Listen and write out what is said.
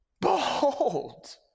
Behold